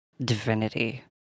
divinity